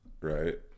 right